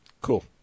cool